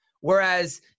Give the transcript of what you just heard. Whereas